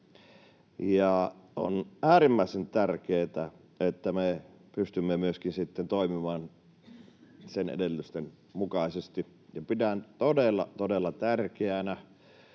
On äärimmäisen tärkeätä, että me pystymme sitten myöskin toimimaan niiden edellytysten mukaisesti, ja pidän todella, todella